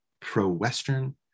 pro-Western